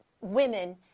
women